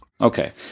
Okay